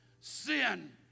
Sin